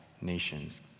nations